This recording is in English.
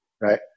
right